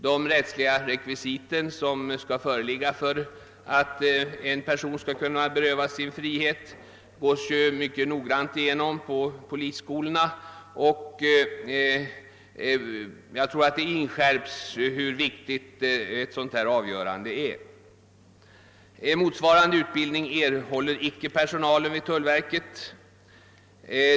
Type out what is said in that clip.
De rättsliga rekvisit som skall föreligga för att en person skall kunna berövas sin frihet går man noggrant igenom på polisskolorna, och där inskärps hur viktigt ett sådant avgörande är. Personalen vid tullverket erhåller icke någon motsvarande utbildning.